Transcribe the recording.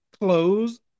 close